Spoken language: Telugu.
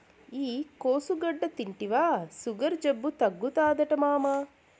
ఈ కోసుగడ్డ తింటివా సుగర్ జబ్బు తగ్గుతాదట మామా